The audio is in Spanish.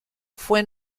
fue